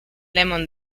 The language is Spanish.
lemon